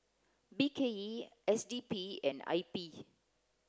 B K E S D P and I P